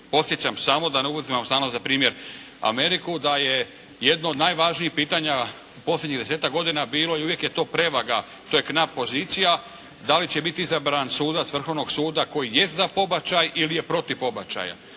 Podsjećam samo da ne uzimam samo za primjer Ameriku, da je jedno od najvažnijih pitanja posljednjih desetak godina bilo i uvijek je to prevaga, to je knap pozicija da li će biti izabran sudaca Vrhovnog suda koji jest za pobačaj ili je protiv pobačaja.